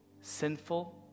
sinful